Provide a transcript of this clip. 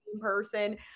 person